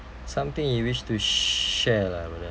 something you wish to share lah brother